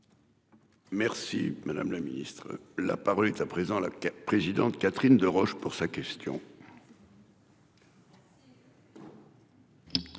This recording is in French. Merci madame la ministre. La parole est à présent la présidente Catherine Deroche pour sa question. Merci